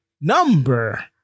number